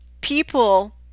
people